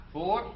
Four